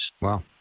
Wow